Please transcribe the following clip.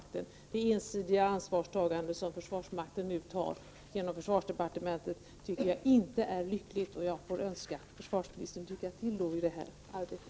Jag tycker inte att det är lyckligt att försvarsmakten nu genom försvarsdepartementet tar ett ensidigt ansvar. Jag får önska försvarsministern lycka till i detta arbete!